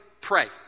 pray